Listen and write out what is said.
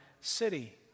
city